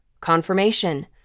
confirmation